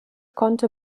konnte